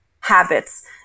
habits